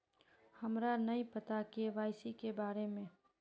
हमरा नहीं पता के.वाई.सी के बारे में?